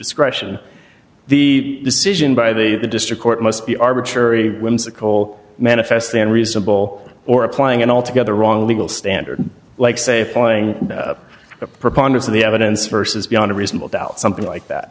discretion the decision by the the district court must be arbitrary whimsical manifestly unreasonable or applying an altogether wrong legal standard like say following a preponderance of the evidence versus beyond a reasonable doubt something like that